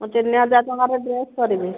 ମୁଁ ତିନି ହଜାର ଟଙ୍କାର ଡ୍ରେସ୍ କରିବି